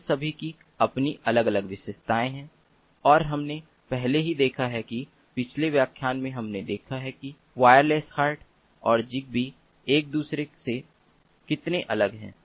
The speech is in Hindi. इन सभी की अपनी अलग अलग विशेषताएं हैं और हमने पहले ही देखा है कि पिछले व्याख्यान में हमने देखा है कि वायरलेस हार्ट और ज़िगबी एक दूसरे से कितने अलग हैं